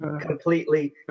completely